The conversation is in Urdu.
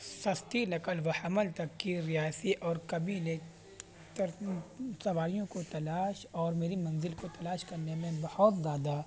سستی نقل و حمل تک کی رہایشی اور قبیلے تر سواریوں کو تلاش اور میری منزل کو تلاش کرنے میں بہت زیادہ